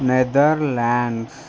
Netherlands